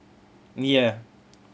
ya